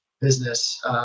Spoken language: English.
business